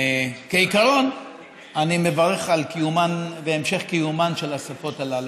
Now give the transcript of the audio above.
בעיקרון אני מברך על קיומן והמשך קיומן של השפות הללו,